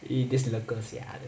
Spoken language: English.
!ee! this look good sia 的